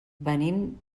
venim